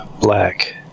Black